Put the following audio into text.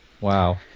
Wow